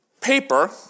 Paper